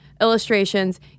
illustrations